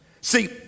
See